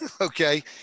Okay